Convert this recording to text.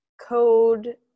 Code